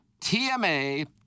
TMA